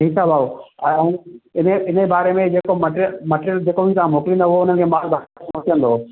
ठीक आहे भाऊ ऐं इन्हीअ इनजे बारे में जेको मदे मूंखे जेको बि तव्हां मोकिलींदव उहा हुननि खे माल तव्हां खे